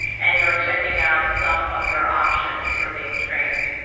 and you're checking out some of your options for being trained.